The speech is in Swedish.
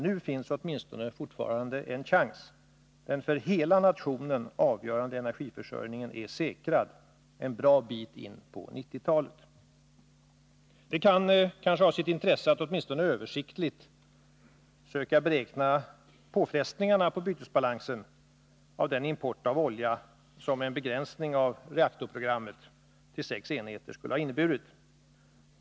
Nu finns åtminstone fortfarande en chans. Den för hela nationen avgörande energiförsörjningen är säkrad en bra bit in på 1990-talet. Det kan kanske ha sitt intresse att åtminstone översiktligt söka beräkna påfrestningarna på bytesbalansen av den import av olja som en begränsning av reaktorprogrammet till sex enheter skulle ha inneburit.